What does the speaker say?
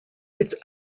its